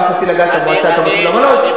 גם תפקיד במועצה לתרבות ואמנות.